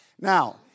Now